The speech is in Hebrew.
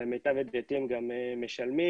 למיטב ידיעתי הם גם משלמים,